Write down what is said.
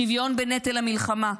שוויון בנטל המלחמה,